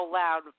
loud